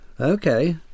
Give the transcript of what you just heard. Okay